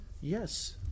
Yes